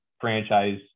franchise